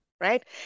right